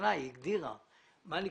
לא היינו